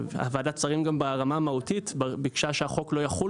ועדת השרים גם ברמה המהותית ביקשה גם שברמה המהותית החוק לא יחול